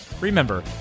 Remember